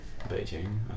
Beijing